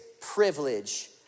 privilege